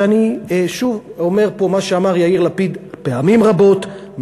שאני שוב אומר פה מה שאמר יאיר לפיד פעמים רבות,